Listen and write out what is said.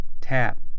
tap